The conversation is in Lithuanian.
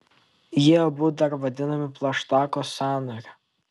jie abu dar vadinami plaštakos sąnariu